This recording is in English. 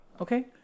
Okay